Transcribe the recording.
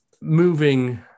Moving